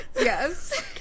Yes